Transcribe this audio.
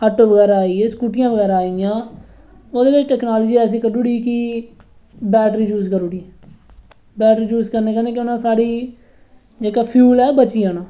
auto बगैरा आई ए स्कूटियां बगैरा आई एइयां ओह्दे च टैक्नालजी ऐसी कड्ढुड़ी कि बैटरी यूज करूड़ी बैटरी यूज करने कन्नै केह् होना साढ़ी जेह्का फ्यूल ऐ बची जाना